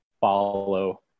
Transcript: follow